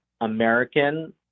American